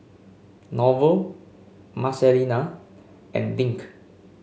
Norval Marcelina and Dink